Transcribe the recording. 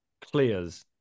clears